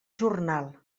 jornal